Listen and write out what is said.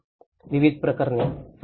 विविध प्रकरणे समाविष्ट केली